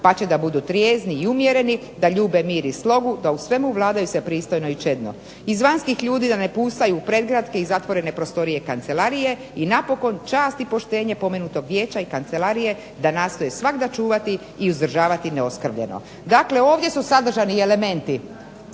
pa će da budu trijezni i umjereni, da ljube mir i slogu, da u svemu vladaju se pristojno i čedno. Izvanjskih ljudi da ne pusaju pregratke i zatvorene prostorije, kancelarije i napokon čast i poštenje pomenutog vijeća i kancelarije da nastoje svagda čuvati i uzdržavati neoskvrnjeno. Dakle, ovdje su sadržani elementi